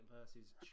versus